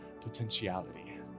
potentiality